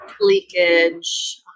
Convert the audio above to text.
leakage